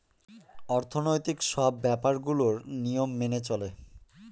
অর্থনৈতিক সব ব্যাপার গুলোর নিয়ম মেনে চলে